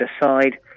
decide